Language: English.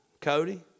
Cody